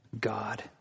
God